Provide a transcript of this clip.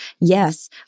Yes